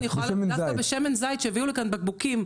דווקא בשמן זית, כשהביאו לכאן בקבוקים,